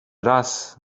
raz